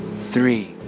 three